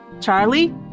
Charlie